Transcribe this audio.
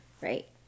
Right